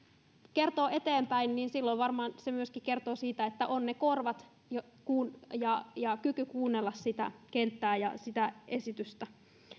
kertoo eteenpäin niin silloin varmaan se kertoo myöskin siitä että on korvat ja ja kyky kuunnella sitä kenttää ja sitä esitystä